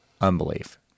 unbelief